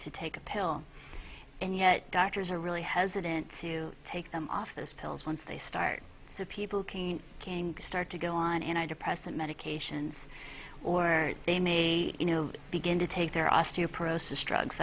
take a pill and yet doctors are really hesitant to take them off those pills once they start to people can kinda start to go on and i depressant medications or they may you know begin to take their osteoporosis drugs